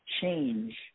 change